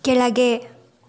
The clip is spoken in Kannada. ಕೆಳಗೆ